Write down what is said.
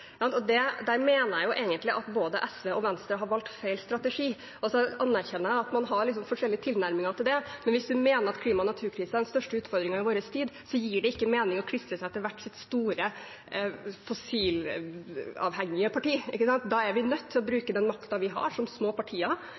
Der mener jeg egentlig at både SV og Venstre har valgt feil strategi. Jeg anerkjenner at man har forskjellig tilnærming til det, men hvis man mener at klima- og naturkrisen er den største utfordringen i vår tid, gir det ikke mening å klistre seg til hvert sitt store, fossilavhengige parti. Da er vi nødt til å bruke den makten vi har som